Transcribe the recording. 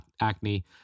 acne